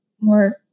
more